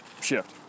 shift